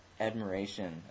admiration